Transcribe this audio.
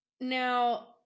Now